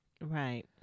right